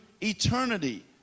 eternity